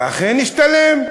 ואכן זה השתלם,